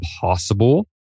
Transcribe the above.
possible